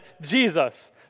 Jesus